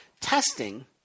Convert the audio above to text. Testing